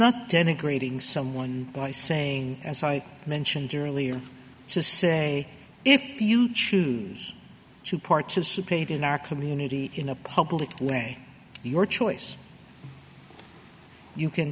not denigrating someone by saying as i mentioned earlier to say if you choose to participate in our community in a public way your choice you can